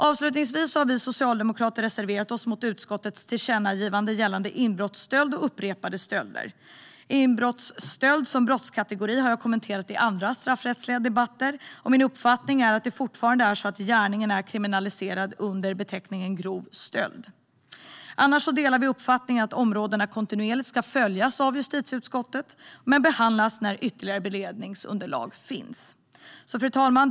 Avslutningsvis har vi socialdemokrater reserverat oss mot utskottets förslag till tillkännagivande gällande inbrottsstöld och upprepade stölder. Inbrottsstöld som brottskategori har jag kommenterat i andra straffrättsliga debatter, och min uppfattning är att det fortfarande är så att gärningen är kriminaliserad under beteckningen grov stöld. Annars delar vi uppfattningen att områdena kontinuerligt ska följas av justitieutskottet men att frågan ska behandlas när ytterligare beredningsunderlag finns. Fru talman!